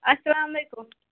اَسلامُ عَلیکُم